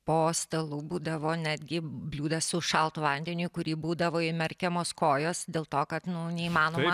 po stalu būdavo netgi bliūdas su šaltu vandeniu į kurį būdavo įmerkiamos kojos dėl to kad nu neįmanoma